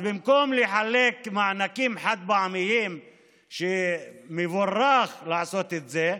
אז במקום לחלק מענקים חד-פעמיים שמבורך לעשות את זה,